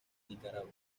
nicaragua